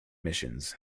missions